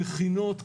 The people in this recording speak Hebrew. מכינות,